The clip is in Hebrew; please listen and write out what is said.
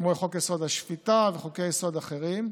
כמו חוק-יסוד: השפיטה וחוקי-יסוד אחרים,